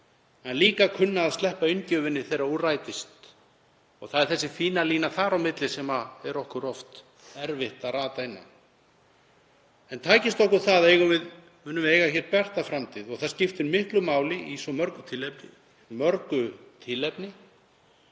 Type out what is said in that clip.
en líka kunna að sleppa inngjöfinni þegar úr rætist. Það er þessi fína lína þar á milli sem er okkur oft erfitt að rata inn á. En takist okkur það munum við eiga hér bjarta framtíð og það skiptir miklu máli í svo mörgu tilliti,